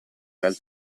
dal